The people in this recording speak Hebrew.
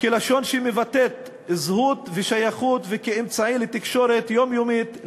כלשון שמבטאת זהות ושייכות וכאמצעי לתקשורת יומיומית,